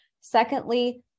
Secondly